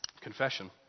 Confession